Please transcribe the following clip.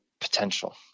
potential